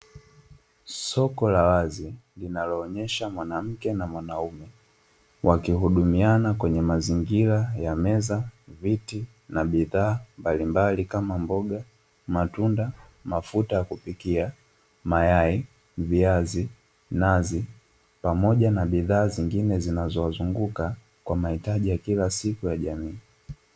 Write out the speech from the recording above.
Soko la wazi, linaloonyesha mwanamke na mwanaume, wakihudumiana kwenye mazingira ya meza, viti; na bidhaa mbalimbali kama: mboga, matunda, mafuta ya kupikia, mayai, viazi, nazi, pamoja na bidhaa zinazowazunguka, kwa mahitaji ya kila siku ya jamii.